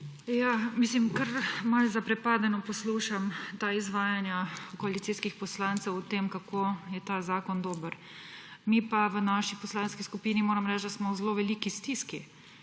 Hvala lepa. Kar malo zaprepadeno poslušam ta izvajanja koalicijskih poslancev o tem, kako je ta zakon dober. V naši poslanski skupini, moram reči, smo v zelo veliki stiski,